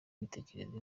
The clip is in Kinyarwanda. imitekerereze